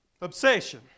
Obsession